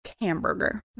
hamburger